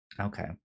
Okay